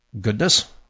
goodness